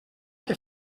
que